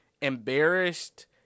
embarrassed